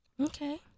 Okay